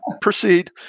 proceed